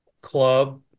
club